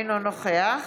אינו נוכח